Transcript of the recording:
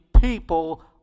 people